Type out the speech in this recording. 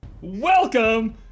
Welcome